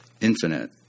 infinite